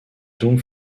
donc